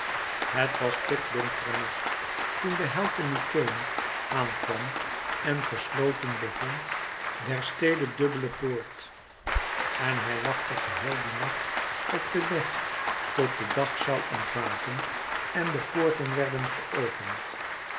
het was pikdonkere nacht toen de held te mykenæ aan kwam en gesloten bevond der stede dubbele poort en hij wachtte geheel die nacht op den weg tot de dag zoû ontwaken en de poorten werden geopend